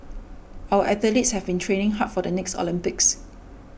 our athletes have been training hard for the next Olympics